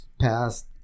passed